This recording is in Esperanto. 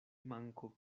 manko